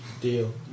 Deal